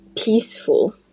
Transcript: peaceful